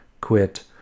quit